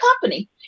company